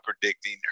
predicting